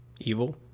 evil